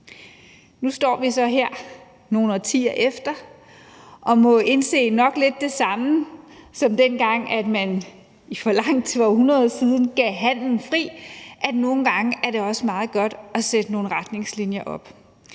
Nu står vi så her nogle årtier efter og må nok indse lidt det samme, som dengang man for århundreder år siden gav handelen fri: at nogle gange er det også meget godt at sætte nogle retningslinjer op.